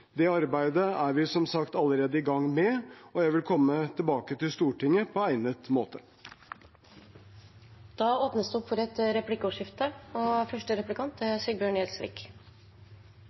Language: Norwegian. Det arbeidet er vi som sagt allerede i gang med, og jeg vil komme tilbake til Stortinget på egnet måte. Det blir replikkordskifte. Dette er ingen ny sak. Det er